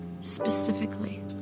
specifically